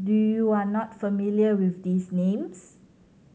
do you are not familiar with these names